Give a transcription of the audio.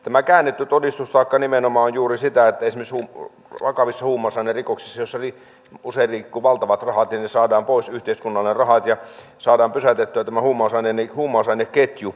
tämä käännetty todistustaakka nimenomaan on juuri sitä että esimerkiksi vakavissa huumausainerikoksissa joissa usein liikkuu valtavat rahat ne rahat saadaan pois yhteiskunnalle ja saadaan pysäytettyä tämä huumausaineketju